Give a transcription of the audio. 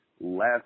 less